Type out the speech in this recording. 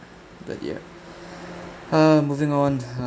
but ya uh moving on uh